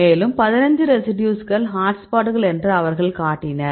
மேலும் 15 ரெசிடியூஸ்கள் ஹாட்ஸ்பாட்கள் என்று அவர்கள் காட்டினர்